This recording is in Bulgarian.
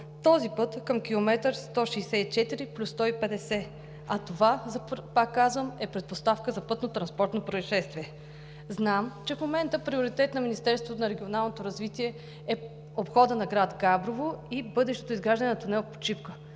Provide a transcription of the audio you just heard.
Този път е към км 164+150, а това, пак казвам, е предпоставка за пътнотранспортно произшествие. Знам, че в момента приоритет на Министерството на регионалното развитие и благоустройството е обходът на град Габрово и бъдещото изграждане на тунел под Шипка,